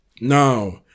now